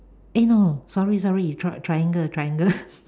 eh no sorry sorry tr~ triangle triangle